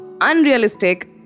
unrealistic